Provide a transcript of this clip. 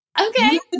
okay